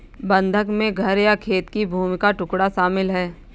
बंधक में घर या खेत की भूमि का टुकड़ा शामिल है